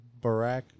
Barack